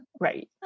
Right